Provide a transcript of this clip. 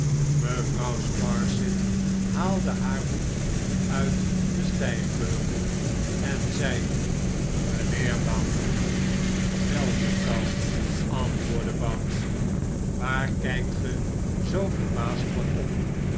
mevrouw sparsit haalde haar voet uit den stijgbeugel en zeide mijnheer bounderby wel juffrouw antwoordde bounderby waar kijkt ge zoo verbaasd van op